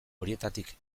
horietatik